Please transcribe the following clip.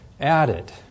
added